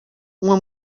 uma